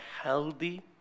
healthy